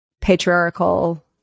patriarchal